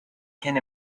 can